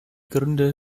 gründe